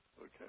Okay